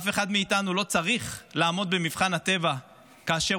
אף אחד מאיתנו לא צריך לעמוד במבחן הטבע כאשר